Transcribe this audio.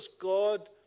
God